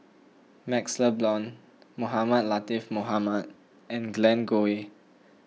MaxLe Blond Mohamed Latiff Mohamed and Glen Goei